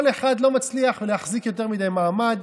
כל אחד לא מצליח להחזיק יותר מדי מעמד,